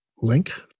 link